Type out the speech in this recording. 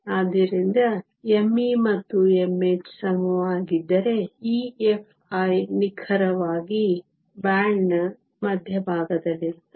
ಆದ್ದರಿಂದ me ಮತ್ತು mhಸಮವಾಗಿದ್ದರೆ EFi ನಿಖರವಾಗಿ ಬ್ಯಾಂಡ್ನ ಮಧ್ಯಭಾಗದಲ್ಲಿರುತ್ತದೆ